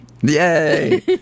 Yay